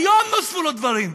היום נוספו לו דברים,